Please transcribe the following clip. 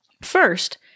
First